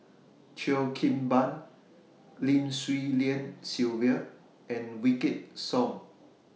Cheo Kim Ban Lim Swee Lian Sylvia and Wykidd Song